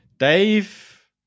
Dave